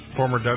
former